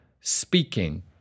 speaking